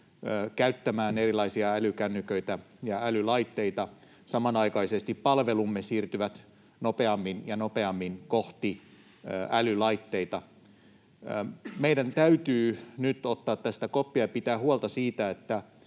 käyttämään erilaisia älykännyköitä ja älylaitteita. Samanaikaisesti palvelumme siirtyvät nopeammin ja nopeammin kohti älylaitteita. Meidän täytyy nyt ottaa tästä koppia, pitää huolta siitä, että